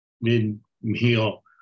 mid-meal